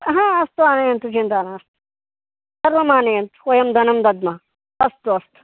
हा अस्तु आनयन्तु चिन्ता नास्ति सर्वमानयन्तु वयं धनं दद्मः अस्तु अस्तु